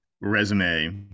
resume